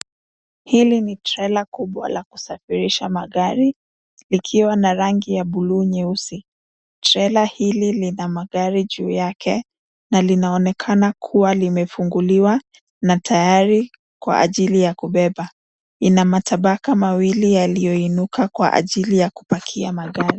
Hili ni trela kubwa la kusafirisha magari, likiwa na rangi ya buluu nyeusi. Trela hili lina magari juu yake, na linaonekana kuwa limefunguliwa, na tayari kwa ajili ya kubeba. Lina matabaka mawili yaliyoinuka kwa ajili ya kupakia magari.